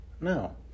No